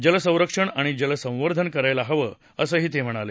जलसंरक्षण आणि जलसंवर्धन करायला हवं असंही ते म्हणाले